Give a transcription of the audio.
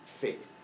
Faith